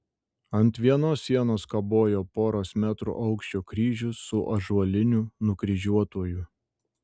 ant vienos sienos kabojo poros metrų aukščio kryžius su ąžuoliniu nukryžiuotuoju